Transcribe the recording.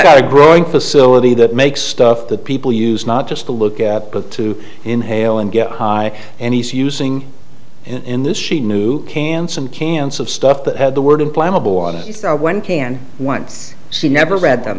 got a growing facility that makes stuff that people use not just to look at but to inhale and get high and he's using in this she knew can some cans of stuff that had the word implantable on it when can once she never read them